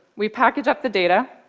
we package up the data,